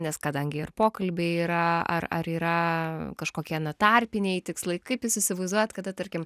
nes kadangi ir pokalbiai yra ar ar yra kažkokie na tarpiniai tikslai kaip jūs įsivaizduojat kada tarkim